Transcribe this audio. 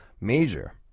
major